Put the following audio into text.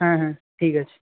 হ্যাঁ হ্যাঁ ঠিক আছে